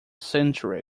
century